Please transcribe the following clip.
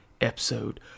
episode